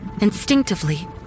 Instinctively